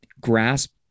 grasp